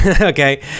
okay